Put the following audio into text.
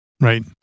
Right